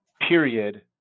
period